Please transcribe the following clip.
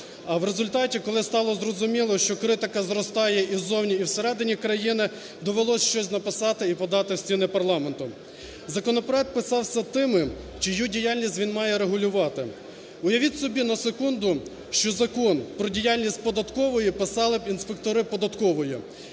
А в результаті, коли стало зрозуміло, що критика зростає із зовні і в середині країни, довелося щось написати і подати в стіни парламенту. Законопроект писався тими, чию діяльність він має регулювати. Уявіть собі на секунду, що Закон про діяльність податкової писали б інспектори податкової.